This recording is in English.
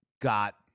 got